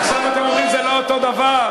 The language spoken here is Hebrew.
עכשיו אתם אומרים, זה לא אותו הדבר?